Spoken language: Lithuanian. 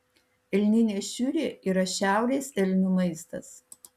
elninė šiurė yra šiaurės elnių maistas